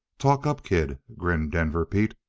talk up, kid, grinned denver pete.